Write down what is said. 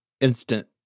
instant